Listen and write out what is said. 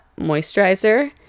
moisturizer